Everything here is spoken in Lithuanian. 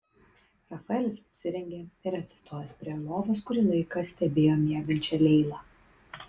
rafaelis apsirengė ir atsistojęs prie lovos kurį laiką stebėjo miegančią leilą